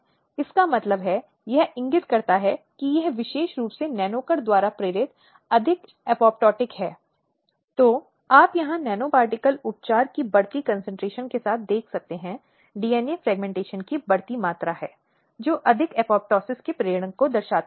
कारण यह है कि यह पहली बार था कि अदालत ने इस तथ्य को स्वीकार किया कि कई बार बलात्कार की राह ऐसी स्थिति बन जाती है जहाँ महिलाओं के चरित्र की हत्या कर दी जाती है